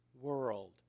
World